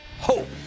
hope